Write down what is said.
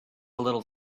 little